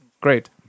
great